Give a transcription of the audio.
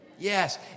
Yes